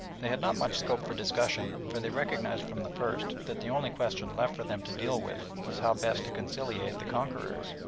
they had not much scope for discussion, for they recognised from the first that the only question left for them to deal with was how best to conciliate the conquerors.